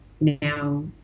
now